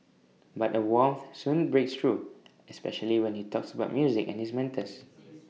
but A warmth soon breaks through especially when he talks about music and his mentors